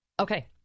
Okay